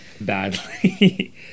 badly